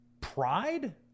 pride